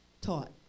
taught